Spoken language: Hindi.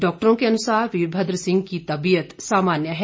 डॉक्टरों के अनुसार वीरभद्र सिंह की तबीयत सामान्य है